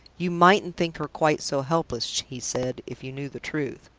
you mightn't think her quite so helpless, he said, if you knew the truth.